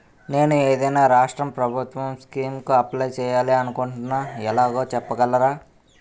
నేను ఏదైనా రాష్ట్రం ప్రభుత్వం స్కీం కు అప్లై చేయాలి అనుకుంటున్నా ఎలాగో చెప్పగలరా?